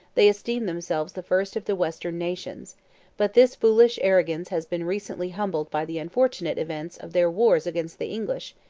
they esteem themselves the first of the western nations but this foolish arrogance has been recently humbled by the unfortunate events of their wars against the english,